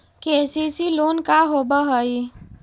KCC loan का होब हइ?